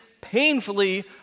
painfully